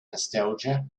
nostalgia